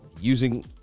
using